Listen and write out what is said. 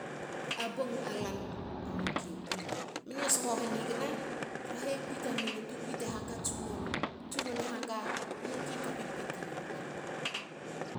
A bong a lan a miku e kuine. Mne soho hanigna trahe kui tan ne na tukui te haka tsunono. Tsunono e haka muki ka pipiti yoga